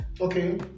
Okay